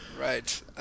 Right